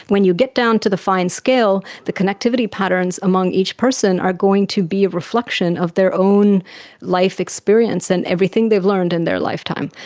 when you get down to the fine scale, the connectivity patterns among each person are going to be a reflection of their own life experience, and everything they've learned in their lifetime.